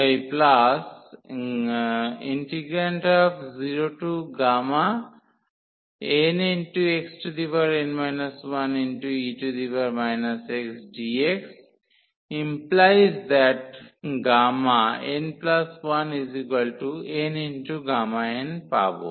00nxn 1e xdx⟹Γn1nΓn পাব